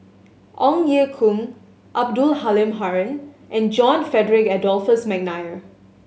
Ong Ye Kung Abdul Halim Haron and John Frederick Adolphus McNair